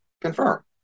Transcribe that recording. confirm